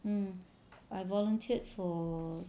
mm I volunteered for